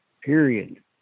period